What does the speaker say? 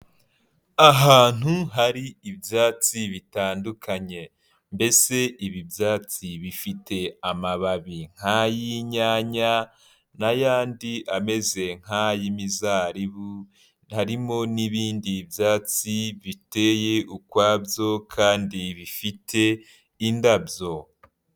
Ahantu hari ibyatsi bitandukanye, mbese ibi byatsi bifite amababi nk'ay'inyanya n'ayandi ameze nk'ay'imizaribu, harimo n'ibindi byatsi biteye ukwabyo kandi bifite indabyo.